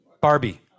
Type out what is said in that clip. Barbie